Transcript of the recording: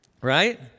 Right